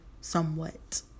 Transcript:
somewhat